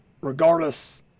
regardless